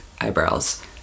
eyebrows